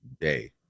day